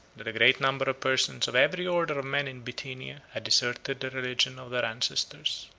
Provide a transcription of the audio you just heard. that a great number of persons of every order of men in bithynia had deserted the religion of their ancestors.